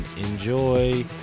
enjoy